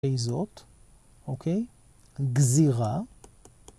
איזות, אוקיי? גזירה.